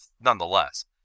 nonetheless